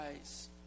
eyes